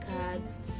cards